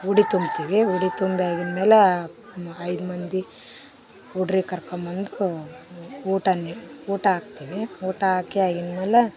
ಉಡಿ ತುಂಬ್ತೀವಿ ಉಡಿ ತುಂಬಿ ಆಗಿದ ಮೇಲೆ ಐದು ಮಂದಿ ಹುಡ್ರಿಗೆ ಕರ್ಕೊಬಂದು ಊಟನೇ ಊಟ ಹಾಕ್ತೀವಿ ಊಟ ಹಾಕಿ ಆಗಿದ ಮೇಲೆ